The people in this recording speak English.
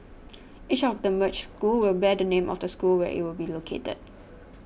each of the merged schools will bear the name of the school where it will be located